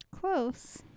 Close